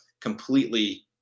completely